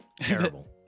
terrible